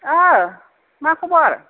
मा खबर